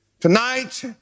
Tonight